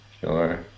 sure